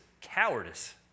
cowardice